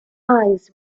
eyes